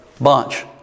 bunch